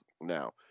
Now